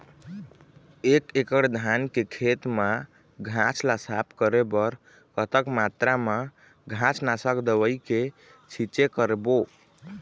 एक एकड़ धान के खेत मा घास ला साफ करे बर कतक मात्रा मा घास नासक दवई के छींचे करबो?